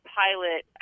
pilot